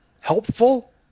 helpful